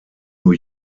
new